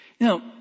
Now